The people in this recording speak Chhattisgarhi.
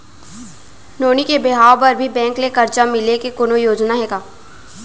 नोनी के बिहाव बर भी बैंक ले करजा मिले के कोनो योजना हे का?